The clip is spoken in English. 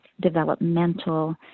developmental